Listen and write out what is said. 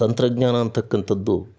ತಂತ್ರಜ್ಞಾನ ಅಂತಕ್ಕಂಥದ್ದು